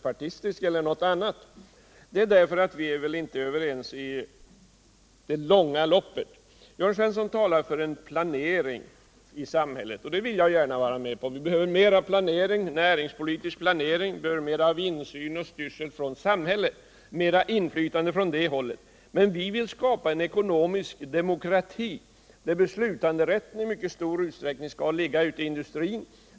Anledningen är den att vi inte är överens i det långa loppet. Jörn Svensson talade för en planering i samhället, och det vill jag gärna vara med om. Vi behöver mera näringspolitisk planering, mera insyn och styrning från samhällets sida och över huvud taget mera inflytande från det hållet. Men vi vill skapa en ekonomisk demokrati där beslutanderätten i mycket stor utsträckning skall ligga inom industrin.